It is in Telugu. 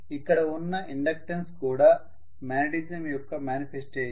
ఇక్కడ ఉన్న ఇండక్టన్స్ కూడా మాగ్నేటిజం యొక్క మానిఫెస్టేషన్